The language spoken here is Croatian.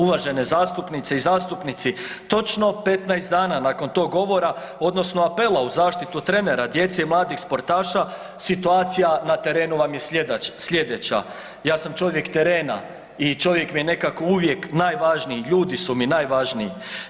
Uvažene zastupnice i zastupnici, točno 15 dana nakon tog govora odnosno apela u zaštitu trenera, djece i mladih sportaša situacija na terenu vam je sljedeća, ja sam čovjek terena i čovjek mi je nekako uvijek najvažniji, ljudi su mi najvažniji.